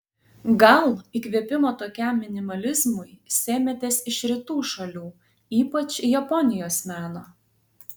gal įkvėpimo tokiam minimalizmui sėmėtės iš rytų šalių ypač japonijos meno